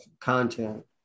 content